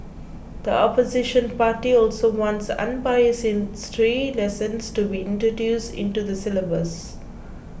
the opposition party also wants unbiased history lessons to be introduced into the syllabus